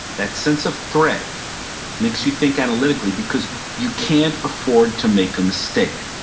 that sense of threat makes you think analytically because you can't afford to make a mistake.